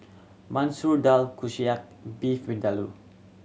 Masoor Dal Kushiyaki Beef Vindaloo